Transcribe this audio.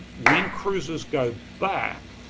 when cruisers go back,